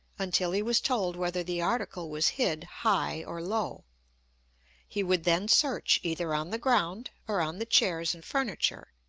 until he was told whether the article was hid high or low he would then search either on the ground, or on the chairs and furniture,